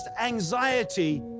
anxiety